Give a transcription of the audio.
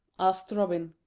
asked robin.